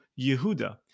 Yehuda